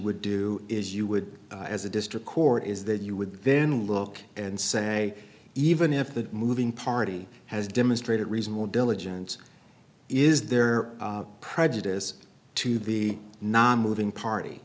would do is you would as a district court is that you would then look and say even if the moving party has demonstrated reasonable diligence is there prejudice to the namu having party